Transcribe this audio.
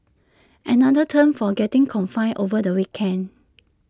another term for getting confined over the weekend